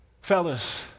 Fellas